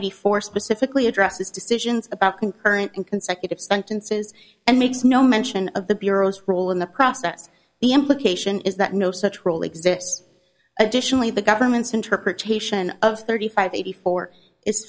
eighty four specifically addresses decisions about concurrent and consecutive sentences and makes no mention of the bureau's role in the process the implication is that no such rule exists additionally the government's interpretation of thirty five eighty four i